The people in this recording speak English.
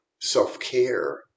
self-care